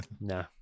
nah